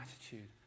attitude